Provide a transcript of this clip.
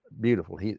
beautiful